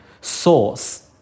source